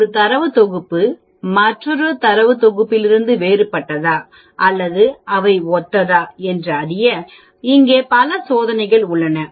ஒரு தரவுத் தொகுப்பு மற்றொரு தரவுத் தொகுப்பிலிருந்து வேறுபட்டதா அல்லது அவை ஒத்ததா என்று அறிய இங்கே பல சோதனைகள் உள்ளன